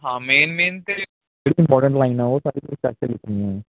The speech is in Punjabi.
ਹਾਂ ਮੇਨ ਮੇਨ ਅਤੇ ਬਿਲਕੁਲ ਇਮਪੋਰਟੈਂਟ ਲਾਈਨਾਂ ਉਹ ਲਿਖਣੀਆਂ ਏ